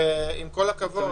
עם כל הכבוד,